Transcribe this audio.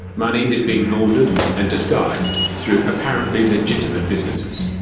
money is being laundered and disguised through apparently legitimate businesses.